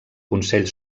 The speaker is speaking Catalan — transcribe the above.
consell